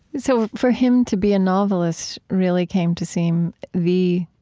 so for him to be a novelist really came to seem the